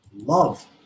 love